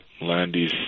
Landy's